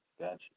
gotcha